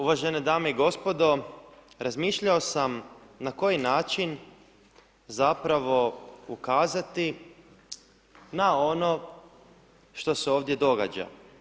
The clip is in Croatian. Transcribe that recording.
Uvažene dame i gospodo, razmišljao sam na koji način, zapravo, ukazati na ono što se ovdje događa.